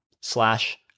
slash